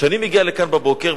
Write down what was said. כשאני מגיע לכאן בבוקר,